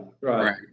Right